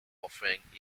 offering